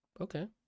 Okay